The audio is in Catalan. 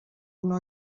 una